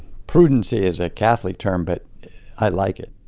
prudence is a catholic term, but i like it